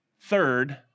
third